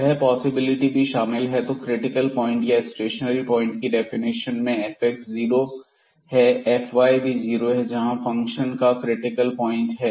वह पॉसिबिलिटी भी शामिल है तो क्रिटिकल प्वाइंट या स्टेशनरी प्वाइंट की डेफिनेशन में fxजीरो है fy भी जीरो है जहां फंक्शन का क्रिटिकल प्वाइंट है